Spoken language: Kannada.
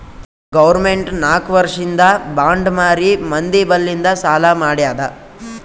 ಗೌರ್ಮೆಂಟ್ ನಾಕ್ ವರ್ಷಿಂದ್ ಬಾಂಡ್ ಮಾರಿ ಮಂದಿ ಬಲ್ಲಿಂದ್ ಸಾಲಾ ಮಾಡ್ಯಾದ್